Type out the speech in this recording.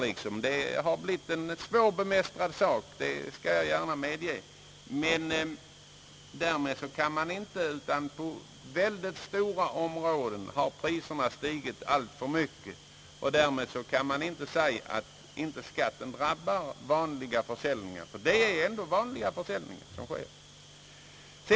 Inom väldigt stora områden har priserna stigit alltför mycket, och jag skall gärna medge att detta därmed har blivit svårbemästrat. Men man kan inte mot denna bakgrund säga att skatten inte drabbar vanliga försäljningar — det är dock vanliga försäljningar som sker.